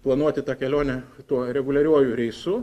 planuoti tą kelionę tuo reguliariuoju reisu